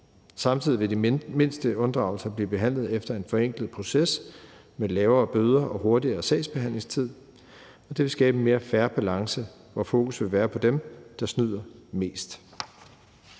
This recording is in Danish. Samtidig vil de mindste unddragelser blive behandlet efter en forenklet proces med lavere bøder og en hurtigere sagsbehandlingstid, og det vil skabe en mere fair balance, hvor fokus vil være på dem, der snyder mest.